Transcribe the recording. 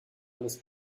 alles